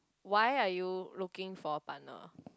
why are you looking for a partner